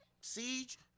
Siege